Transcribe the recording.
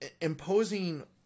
imposing